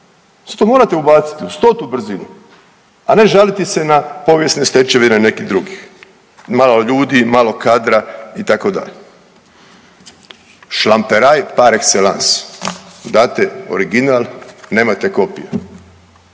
zato morate ubaciti u 100-tu brzinu, a ne žaliti se na povijesne stečevine nekih drugih. Malo ljudi, malo kadra itd. Šlamperaj par excellence, date original nemate kopiju.